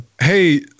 hey